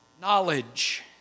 Knowledge